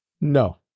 No